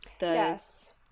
Yes